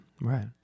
right